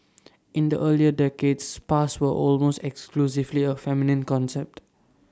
in the earlier decades spas were almost exclusively A feminine concept